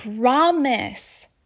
promise